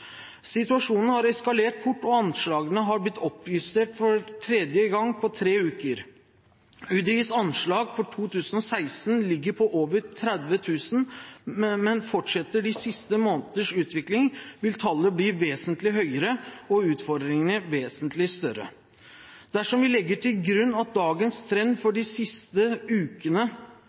Situasjonen har eskalert fort, og anslagene har blitt oppjustert for tredje gang på tre uker. UDIs anslag for 2016 ligger på over 30 000, men fortsetter de siste måneders utvikling, vil tallet bli vesentlig høyere og utfordringene vesentlig større. Dersom vi legger til grunn at